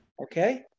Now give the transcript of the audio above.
Okay